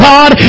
God